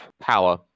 power